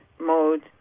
mode